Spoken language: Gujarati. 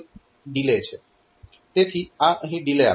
તેથી આ અહીં ડીલે આપશે